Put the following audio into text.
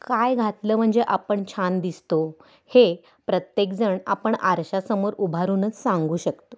काय घातलं म्हणजे आपण छान दिसतो हे प्रत्येकजण आपण आरशासमोर उभारूनच सांगू शकतो